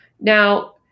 Now